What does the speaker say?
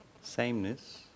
sameness